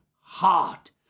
heart